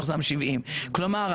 מחז"מ 70. כלומר,